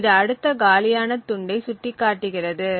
இது அடுத்த காலியான துண்டை சுட்டிக்காட்டுகிறது